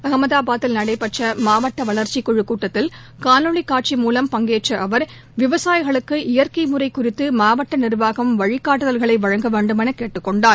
அகமதாபாத்தில் நடைபெற்ற மாவட்ட வளர்ச்சிக்குழு கூட்டத்தில் காணொலி காட்சி மூவம் பங்கேற்ற அவர் விவசாயிகளுக்கு இயற்கை முறை குறித்து மாவட்ட நிர்வாகம் வழிகாட்டுதல்களை வழங்க வேண்டுமென கேட்டுக் கொண்டார்